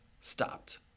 stopped